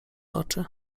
oczy